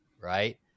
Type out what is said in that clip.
Right